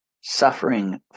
suffering